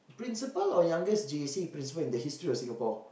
principal or youngest J_C principal in the history of Singapore